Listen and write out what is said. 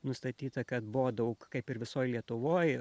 nustatyta kad buvo daug kaip ir visoj lietuvoj